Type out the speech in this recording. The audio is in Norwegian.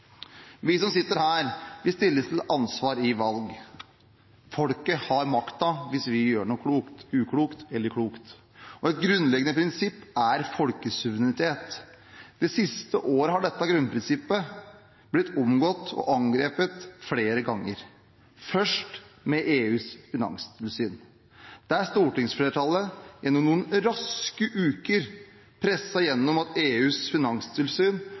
Vi som sitter her, stilles til ansvar i valg. Folket har makta hvis vi gjør noe uklokt eller klokt. Et grunnleggende prinsipp er folkesuverenitet. De siste årene har dette grunnprinsippet blitt omgått og angrepet flere ganger – først med EUs finanstilsyn, der stortingsflertallet gjennom noen raske uker presset gjennom at EUs finanstilsyn